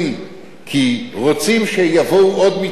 כי רוצים שיבואו עוד מתלוננות,